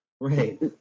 Right